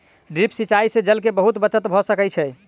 drip सिचाई से जल के बहुत बचत भ सकै छै